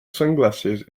sunglasses